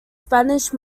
spanish